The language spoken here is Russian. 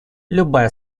любая